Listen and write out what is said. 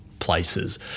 Places